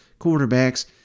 quarterbacks